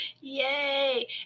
yay